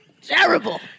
terrible